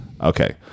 Okay